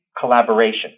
collaboration